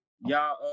y'all